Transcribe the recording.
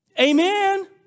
Amen